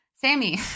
Sammy